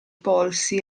polsi